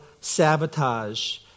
sabotage